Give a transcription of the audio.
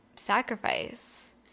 sacrifice